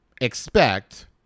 expect